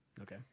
Okay